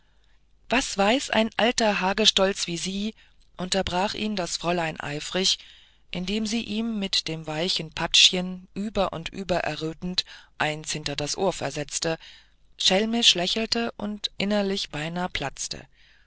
schlüpft was weiß ein alter hagestolz wie sie unterbrach ihn das fräulein eifrig indem sie ihm mit dem weichen patschchen über und über errötend eines hinter das ohr versetzte schelmisch lächelte und innerlich beinahe platzte